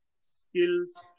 skills